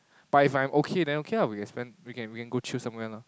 but if I'm okay then okay lah we can spend we can go chill somewhere lah